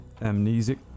amnesic